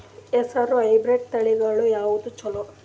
ಹೆಸರ ಹೈಬ್ರಿಡ್ ತಳಿಗಳ ಯಾವದು ಚಲೋ?